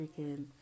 freaking